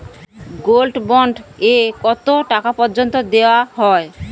Gold bond এ কতো টাকা পর্যন্ত দেওয়া হয়?